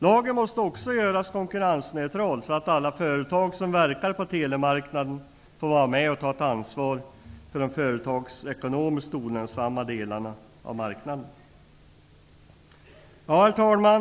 Lagen måste också göras konkurrensneutral, så att alla företag som verkar på telemarknaden får vara med och ta ansvar för de företagsekonomiskt olönsamma delarna av marknaden. Herr talman!